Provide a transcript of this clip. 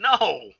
No